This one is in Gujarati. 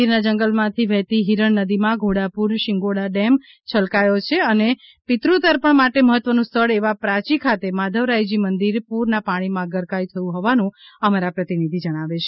ગીર જંગલમાંથી વહેતી હિરણ નદીમાં ઘોડાપૂર શિંગોડા ડેમ છલકાયો છે અને પિતરૂ તર્પણ માટે મહત્વનું સ્થળ એવા પ્રાચિ ખાતે માધવરાયજી મંદિર પૂરના પાણીમાં ગરકાવ થયું હોવાનું અમારા પ્રતિનિધિ જણાવે છે